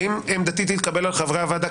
ואם עמדתי תתקבל על חברי הוועדה,